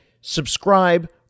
subscribe